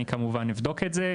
אני כמובן אבדוק את זה,